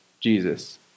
Jesus